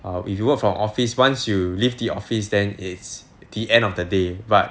err if you work for office once you leave the office then it's the end of the day but